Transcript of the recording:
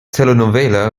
telenovela